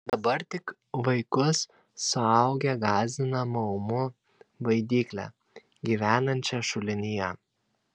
dabar tik vaikus suaugę gąsdina maumu baidykle gyvenančia šulinyje